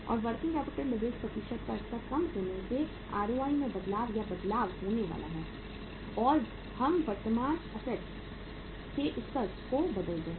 और working capital leverage प्रतिशत का स्तर कम होने से ROI में बदलाव या बदलाव होने वाला है क्योंकि हम वर्तमान एसेट्स के स्तर को बदलते हैं